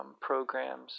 programs